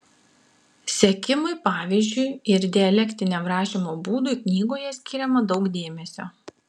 sekimui pavyzdžiu ir dialektiniam rašymo būdui knygoje skiriama daug dėmesio